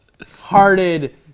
hearted